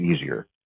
easier